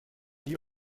die